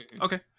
Okay